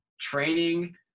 training